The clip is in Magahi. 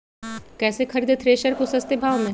कैसे खरीदे थ्रेसर को सस्ते भाव में?